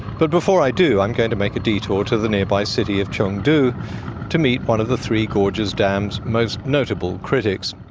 but before i do i'm going to make a detour to the nearby city of chengdu to meet one of the three gorges dam's most notable critics.